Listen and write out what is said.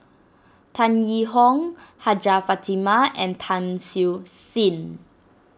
Tan Yee Hong Hajjah Fatimah and Tan Siew Sin